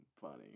funny